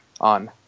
on